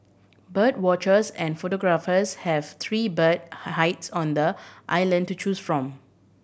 bird watchers and photographers have three bird high hides on the island to choose from